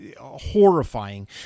Horrifying